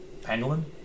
pangolin